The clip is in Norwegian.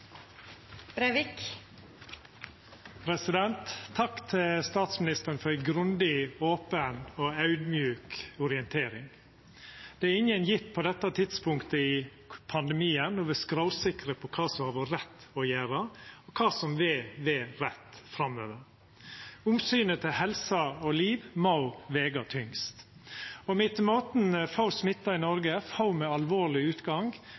grundig. Takk til statsministeren før ei grundig, open og audmjuk orientering. Ingen kan på dette tidspunktet i pandemien vera skråsikre på kva som har vore rett å gjera, og kva som vil vera rett framover. Omsynet til helse og liv må vega tyngst. Med etter måten få smitta i Noreg, få med alvorleg utgang,